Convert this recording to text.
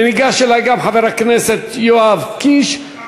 ניגש אלי גם חבר הכנסת יואב קיש,